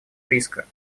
риска